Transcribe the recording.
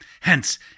Hence